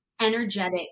energetic